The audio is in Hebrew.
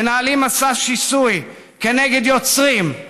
ומנהלים מסע שיסוי כנגד יוצרים,